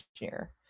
engineer